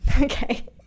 okay